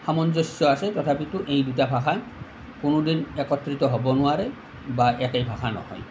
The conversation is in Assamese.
সামঞ্জস্য আছে তথাপিতো এই দুটা ভাষা কোনোদিন একত্ৰিত হ'ব নোৱাৰে বা একে ভাষা নহয়